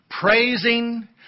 praising